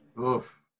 Oof